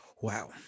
Wow